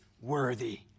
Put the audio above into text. worthy